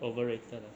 overrated